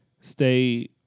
stay